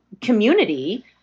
community